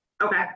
Okay